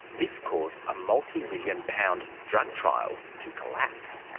this caused a multi-million-pound drug trial to collapse.